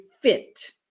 fit